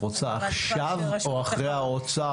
את רוצה עכשיו או אחרי האוצר,